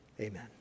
Amen